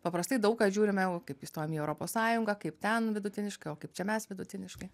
paprastai daug ką žiūrime va kaip į europos sąjungą kaip ten vidutiniškai o kaip čia mes vidutiniškai